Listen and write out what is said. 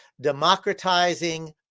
democratizing